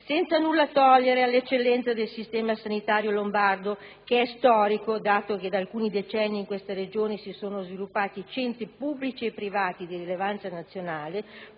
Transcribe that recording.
senza nulla togliere all'eccellenza del sistema sanitario lombardo, che è storico, dato che da alcuni decenni in questa Regione si sono sviluppati centri pubblici e privati di rilevanza nazionale,